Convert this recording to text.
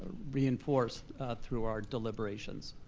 reinforced through our deliberations?